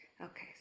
Okay